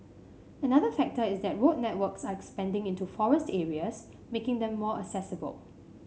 another factor is that road networks are expanding into forest areas making them more accessible